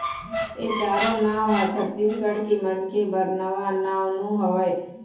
ए चारो नांव ह छत्तीसगढ़ के मनखे बर नवा नांव नो हय